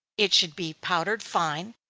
it should be powdered fine,